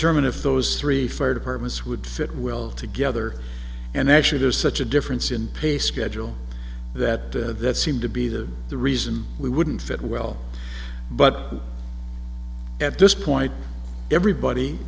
determine if those three fire departments would fit well together and actually there is such a difference in pay schedule that there that seemed to be the the reason we wouldn't fit well but at this point everybody